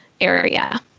area